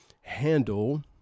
handle